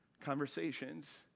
conversations